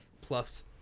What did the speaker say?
plus